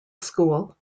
school